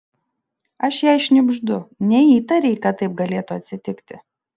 aš jai šnibždu neįtarei kad taip galėtų atsitikti